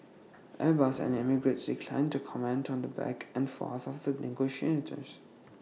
airbus and emirates declined to comment on the back and forth of the